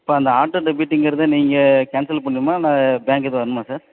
இப்போ அந்த ஆட்டோ டெபிட்டுங்கிறது நீங்கள் கேன்சல் பண்ணணுமா இல்லை பேங்க் எதுவும் வரணுமா சார்